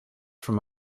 from